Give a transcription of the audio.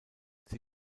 sie